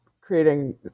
creating